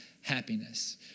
happiness